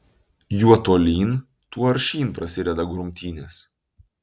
juo tolyn tuo aršyn prasideda grumtynės